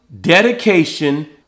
dedication